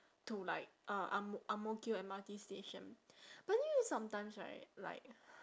to like uh ang-m~ ang-mo-kio M_R_T station but you know sometimes right like